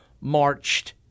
marched